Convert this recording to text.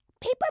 Paper